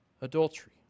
adultery